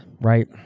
right